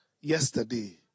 yesterday